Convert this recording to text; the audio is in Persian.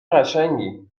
قشنگی